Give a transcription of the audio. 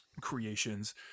creations